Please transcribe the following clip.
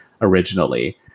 originally